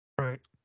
Right